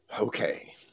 Okay